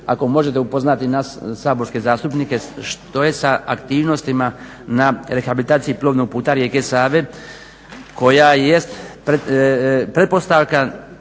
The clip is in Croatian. ako možete upoznati nas saborske zastupnike što je sa aktivnostima na rehabilitaciji plovnog puta rijeke Save koja jest pretpostavka